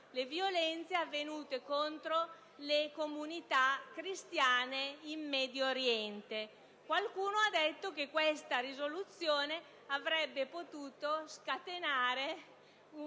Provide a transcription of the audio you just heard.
le violenze avvenute contro le comunità cristiane in Medio Oriente. Qualcuno ha detto che questa risoluzione avrebbe potuto scatenare una